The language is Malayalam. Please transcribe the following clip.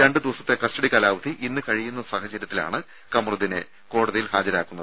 രണ്ട് ദിവസത്തെ കസ്റ്റഡി കാലാവധി ഇന്ന് കഴിയുന്ന സാഹചര്യത്തിലാണ് കമറുദ്ദീനെ കോടതിയിൽ ഹാജരാക്കുന്നത്